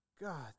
god